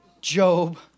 Job